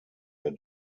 der